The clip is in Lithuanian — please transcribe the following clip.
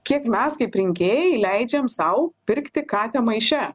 kiek mes kaip rinkėjai leidžiam sau pirkti katę maiše